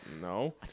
No